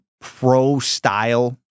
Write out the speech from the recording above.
pro-style